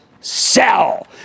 sell